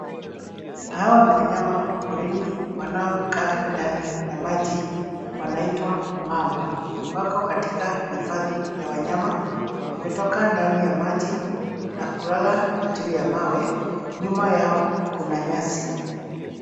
Hawa ni wanyama wa porini wanaokaa ndani ya maji, wanaitwa mamba. Wako katika hifadhi ya wanyama; wametoka ndani ya maji na kulala juu ya mawe, nyuma yao kuna nyasi.